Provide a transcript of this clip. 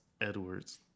Edwards